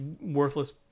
worthless